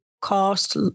cost